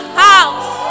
house